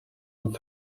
and